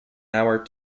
hour